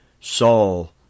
Saul